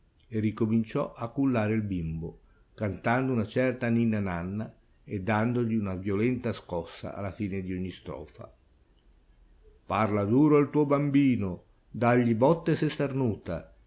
e rincominciò a cullare il bimbo cantando una certa ninna-nanna e dandogli una violenta scossa alla fine d'ogni strofa parla duro al tuo bambino dàgli bòtte se starnuta